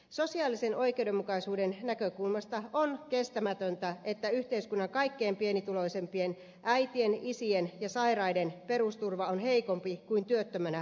sosiaalisen oikeudenmukaisuuden näkökulmasta on kestämätöntä että yhteiskunnan kaikkein pienituloisimpien äitien isien ja sairaiden perusturva on heikompi kuin työttömänä olevien